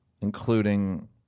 including